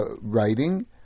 writing